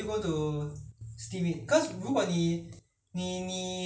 ya mine meat only I steam it cause you say you want